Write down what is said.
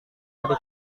dari